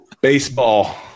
Baseball